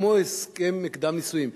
כמו הסכם קדם-נישואים,